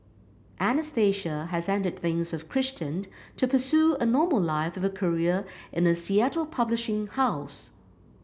Anastasia has ended things with Christian to pursue a normal life with a career in a Seattle publishing house